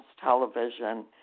television